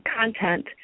content